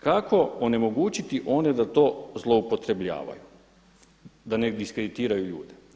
Kako onemogućiti one da to zloupotrebljavaju, da nedeskriditiraju ljude.